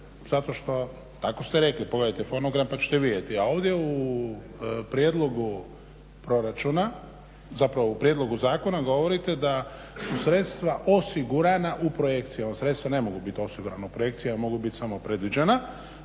što, tako ste rekli, pogledajte fonogram pa ćete vidjeti, a ovdje u prijedlogu proračuna zapravo u prijedlogu zakona govorite da su sredstva osigurana u projekcijama. Sredstva ne mogu biti osigurana u projekcijama, mogu biti samo predviđena